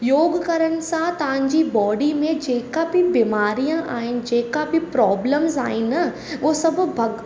योगु करण सां तव्हांजी बॉडी में जेका बि बीमारियां आहिनि जेका बि प्रोब्लम्स आहिनि न हुंअ सभु भग